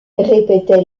répétait